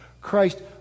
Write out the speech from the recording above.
Christ